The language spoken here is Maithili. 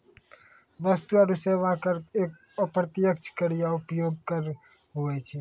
वस्तु आरो सेवा कर एक अप्रत्यक्ष कर या उपभोग कर हुवै छै